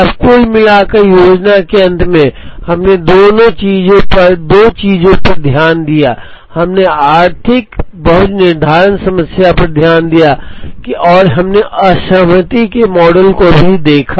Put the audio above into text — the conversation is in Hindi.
अब कुल मिलाकर योजना के अंत में हमने दो चीजों पर ध्यान दिया हमने आर्थिक बहुत निर्धारण समस्या पर ध्यान दिया और हमने असहमति के मॉडल को भी देखा